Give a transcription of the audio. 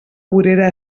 vorera